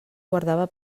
guardava